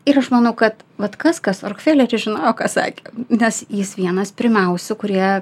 ir aš manau kad vat kas kas rokfeleris žinojo ką sakė nes jis vienas pirmiausių kurie